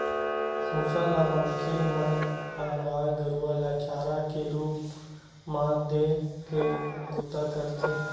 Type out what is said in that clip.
भूसा ल मनखे मन ह गाय गरुवा ल चारा के रुप म देय के बूता करथे